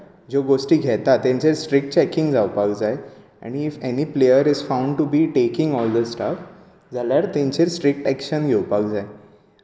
ज्यो गोष्टी घेतात तेंचेर स्ट्रीक्ट चेकींग जावपाक जाय if any player is found taking any stuff जाल्यार तेंचेर स्ट्रीक्ट एक्शन जावपाक जाय